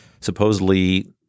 supposedly